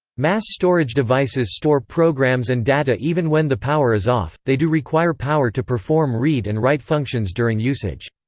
mass storage devices store programs and data even when the power is off they do require power to perform read and write functions during usage.